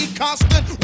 constant